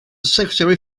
secretary